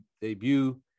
debut